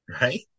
right